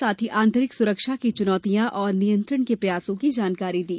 साथ ही आंतरिक सुरक्षा की चुनौतियों और नियंत्रण के प्रयासों की जानकारी दी